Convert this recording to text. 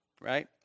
right